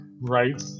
right